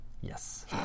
Yes